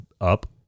up